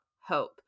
hope